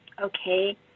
okay